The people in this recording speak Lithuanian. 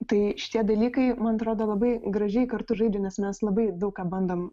tai šitie dalykai man atrodo labai gražiai kartu žaidžia nes mes labai daug ką bandom